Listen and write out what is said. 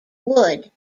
wood